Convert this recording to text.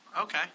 Okay